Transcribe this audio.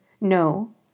No